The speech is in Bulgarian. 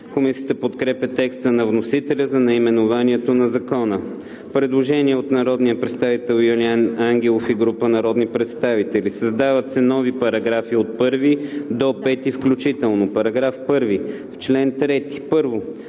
Комисията подкрепя текста на вносителя за наименованието на Закона. Предложение от народния представител Юлиан Ангелов и група народни представители: „Създават се нови параграфи 1 – 5 включително: „§ 1. В чл. 3: 1.